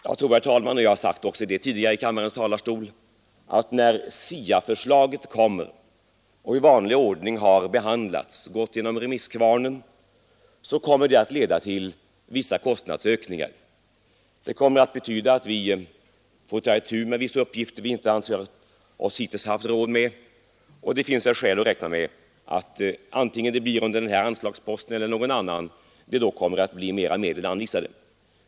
Jag tror, herr talman — jag har sagt också det tidigare i kammarens talarstol — att när SIA-förslaget lagts och i vanlig ordning har gått igenom remisskvarnen, kommer det att leda till vissa kostnadsökningar. Det kommer att betyda att vi får ta itu med vissa uppgifter som vi inte hittills ansett oss ha råd med. Det finns skäl att räkna med att antingen under den här anslagsposten eller under någon annan blir det mera medel anvisade.